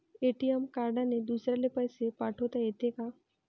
ATM कार्डने दुसऱ्याले पैसे पाठोता येते का?